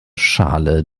schale